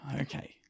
Okay